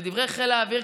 לדברי חיל האוויר,